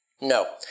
No